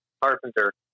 Carpenter